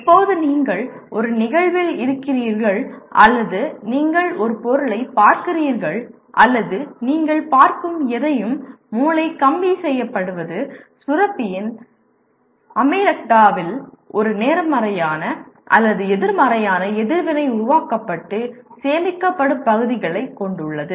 எப்போது நீங்கள் ஒரு நிகழ்வில் இருக்கிறீர்கள் அல்லது நீங்கள் ஒரு பொருளைப் பார்க்கிறீர்கள் அல்லது நீங்கள் பார்க்கும் எதையும் மூளை கம்பி செய்யப்படுவது சுரப்பியின் அமிக்டாலாவில் ஒரு நேர்மறையான அல்லது எதிர்மறையான எதிர்வினை உருவாக்கப்பட்டு சேமிக்கப்படும் பகுதிகளைக் கொண்டுள்ளது